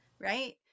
right